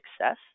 success